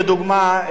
לדוגמה,